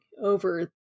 over